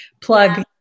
plug